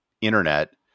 internet